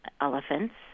elephants